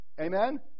amen